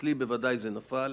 אצלי האסימון כבר נפל.